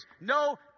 No